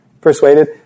persuaded